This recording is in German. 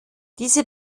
diese